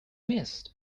missed